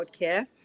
healthcare